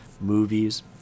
movies